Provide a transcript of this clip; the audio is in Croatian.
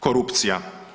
Korupcija.